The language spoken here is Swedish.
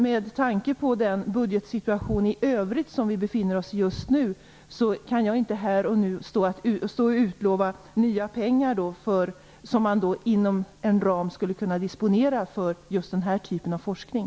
Med tanke på den budgetsituation i övrigt som vi befinner oss i just nu kan jag inte stå här och nu och utlova nya pengar att disponera inom en ram för just den här typen av forskning.